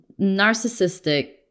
narcissistic